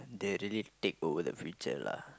they really take over the future lah